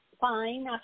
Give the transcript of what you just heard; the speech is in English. fine